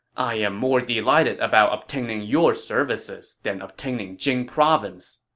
i am more delighted about obtaining your services than obtaining jing province.